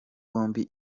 bombi